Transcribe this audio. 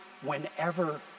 whenever